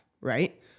right